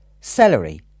celery